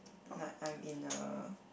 like I'm in the